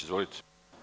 Izvolite.